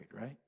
right